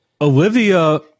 Olivia